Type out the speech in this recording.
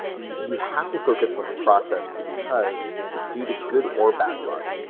you have to focus on the process because, due to good or bad luck,